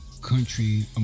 country